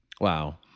Wow